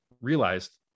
realized